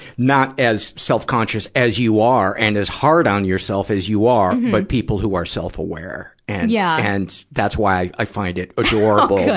not as self-conscious as you are and as hard on yourself as you are, but people who are self-aware. and, yeah and that's why i find it adorable,